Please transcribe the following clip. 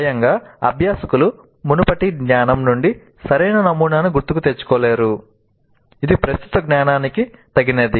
స్వయంగా అభ్యాసకులు మునుపటి జ్ఞానం నుండి సరైన నమూనాను గుర్తుకు తెచ్చుకోలేరు ఇది ప్రస్తుత జ్ఞానానికి తగినది